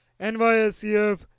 NYSCF